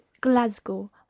Glasgow